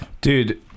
Dude